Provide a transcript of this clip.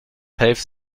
pave